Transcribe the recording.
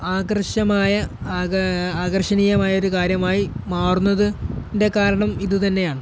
ആകർഷമായ ആകർഷണീയമായൊരു കാര്യമായി മാറുന്നതിൻ്റെ കാരണം ഇതുതന്നെയാണ്